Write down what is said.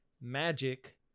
magic